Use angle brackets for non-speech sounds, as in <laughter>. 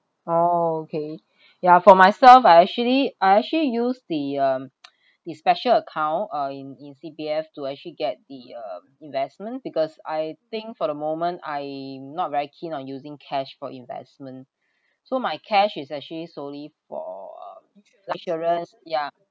oh okay ya for myself I actually I actually use the um <noise> the special account uh in in C_P_F to actually get the um investment because I think for the moment I'm not very keen on using cash for investment so my cash is actually solely for uh insurance yeah